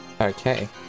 okay